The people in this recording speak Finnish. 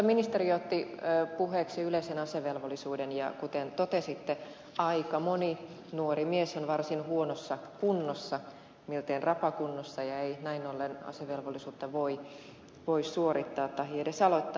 ministeri otti puheeksi yleisen asevelvollisuuden ja kuten totesitte aika moni nuori mies on varsin huonossa kunnossa miltei rapakunnossa ja ei näin ollen asevelvollisuutta voi suorittaa tahi edes aloittaa